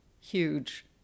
huge